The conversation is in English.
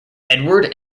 edward